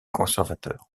conservateurs